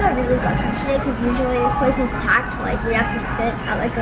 today cause usually this place is packed. like we have to sit